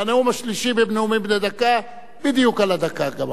בנאום השלישי בנאומים בני דקה בדיוק על הדקה גמרת.